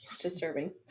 Disturbing